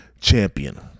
champion